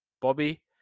Bobby